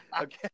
Okay